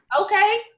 Okay